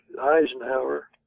Eisenhower